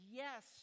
yes